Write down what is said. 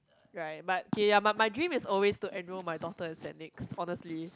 right but kay ya but but my dream is always to enroll my daughter in St-Nics honestly